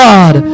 God